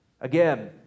Again